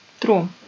True